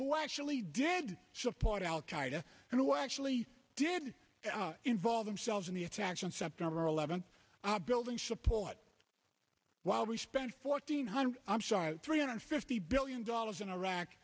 who actually did support al qaeda and who actually did involve themselves in the attacks on september eleventh building support while we spent fourteen hundred i'm sorry three hundred fifty billion dollars in iraq